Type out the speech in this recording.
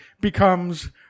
becomes